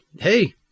hey